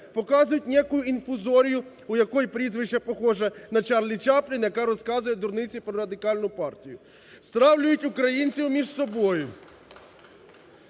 показують ніяку інфузорію, у якої прізвище похоже на Чарлі Чаплін, яка розказує дурниці про Радикальну партію. Стравлюють українців між собою.